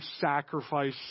sacrifice